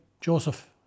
Joseph